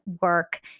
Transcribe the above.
work